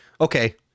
okay